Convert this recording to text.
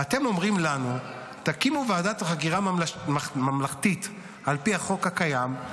ואתם אומרים לנו: תקימו ועדת חקירה ממלכתית על פי החוק הקיים,